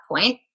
point